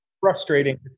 Frustrating